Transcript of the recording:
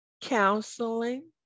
counseling